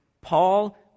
Paul